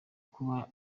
kuba